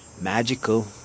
magical